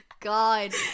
god